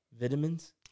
vitamins